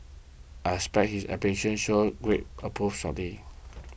I expect his application should agree approve shortly